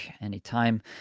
anytime